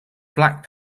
black